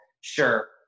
sure